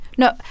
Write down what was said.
No